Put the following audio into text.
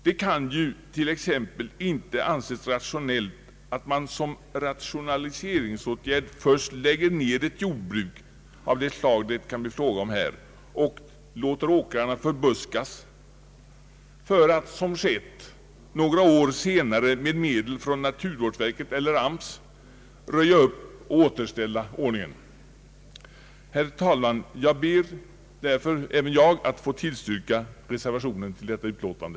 Det kan ju t.ex. inte anses rationellt att man som en rationaliseringsåtgärd först lägger ned ett jordbruk av det slag som det kan bli fråga om här och låter åkrarna förbuskas för att, som skett, några år senare med medel från naturvårdsverket eller AMS röja upp och återställa ordningen. Herr talman! Även jag ber därför att få tillstyrka reservationen till detta utlåtande.